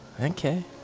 Okay